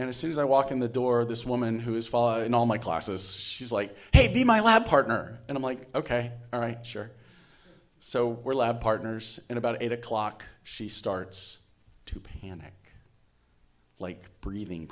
and as soon as i walk in the door this woman who is in all my classes she's like hey be my lab partner and i'm like ok all right sure so we're lab partners and about eight o'clock she starts to panic like breathing